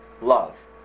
love